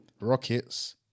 Rockets